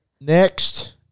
next